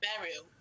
burial